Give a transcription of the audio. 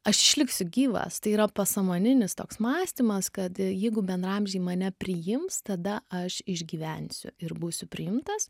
aš išliksiu gyvas tai yra pasąmoninis toks mąstymas kad jeigu bendraamžiai mane priims tada aš išgyvensiu ir būsiu priimtas